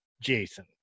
jason